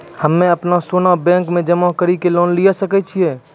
हम्मय अपनो सोना बैंक मे जमा कड़ी के लोन लिये सकय छियै?